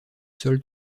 sol